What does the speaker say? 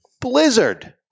Blizzard